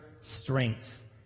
strength